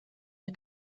der